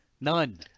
none